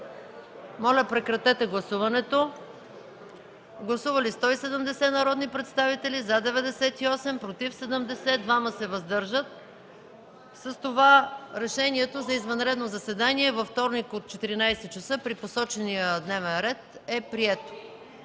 Моля, гласувайте. Гласували 170 народни представители: за 98, против 70, въздържали се 2. С това решението за извънредно заседание във вторник от 14,00 ч. при посочения дневен ред е прието.